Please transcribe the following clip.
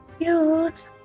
cute